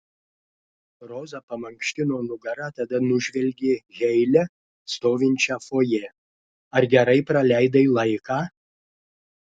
roza pamankštino nugarą tada nužvelgė heile stovinčią fojė ar gerai praleidai laiką